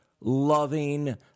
loving